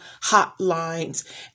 hotlines